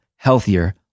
healthier